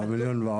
הם